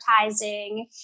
advertising